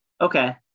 Okay